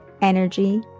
energy